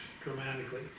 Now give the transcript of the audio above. dramatically